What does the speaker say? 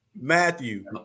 Matthew